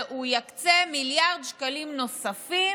והוא יקצה מיליארד שקלים נוספים